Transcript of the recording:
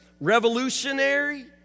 revolutionary